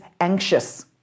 anxious